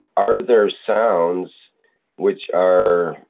are there sounds which are,